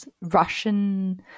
Russian